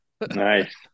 Nice